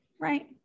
right